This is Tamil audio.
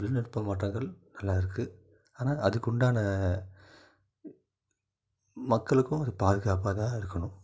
தொழில்நுட்ப மாற்றங்கள் நல்லா இருக்கு ஆனால் அதுக்கு உண்டான மக்களுக்கும் அது பாதுகாப்பாக தான் இருக்கணும்